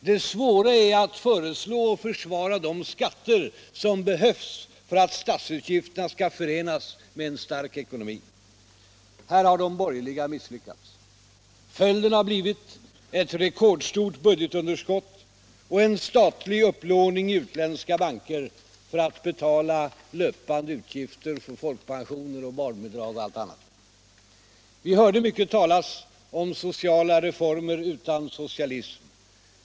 Det svåra är att föreslå och försvara de skatter som behövs för att statsutgifterna skall kunna förenas med en stark ekonomi. Här har de borgerliga misslyckats. Följden har blivit ett rekordstort budgetunderskott och en statlig upplåning i Allmänpolitisk debatt Allmänpolitisk debatt utländska banker för att betala löpande utgifter för folkpensioner, barnbidrag och allt annat. Vi hörde mycket talas om sociala reformer utan socialism.